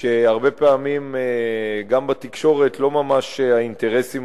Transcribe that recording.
כשהרבה פעמים גם בתקשורת האינטרסים